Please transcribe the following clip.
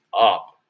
up